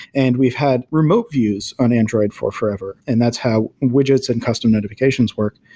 and we've had remote views on android for forever. and that's how widgets and custom notifications work.